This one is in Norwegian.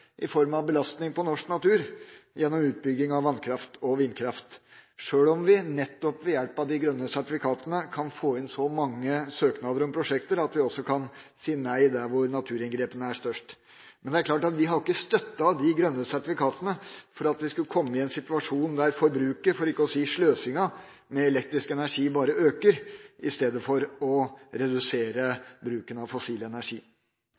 i form av belastning på norsk natur gjennom utbygging av vannkraft og vindkraft, sjøl om vi nettopp ved hjelp av de grønne sertifikatene kan få inn så mange søknader om prosjekter at vi også kan si nei der hvor naturinngrepene er størst. Men vi har ikke støttet de grønne sertifikatene for at vi skulle komme i en situasjon der forbruket – for ikke å si sløsinga – av elektrisk energi bare øker istedenfor at bruken av fossil energi